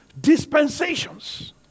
dispensations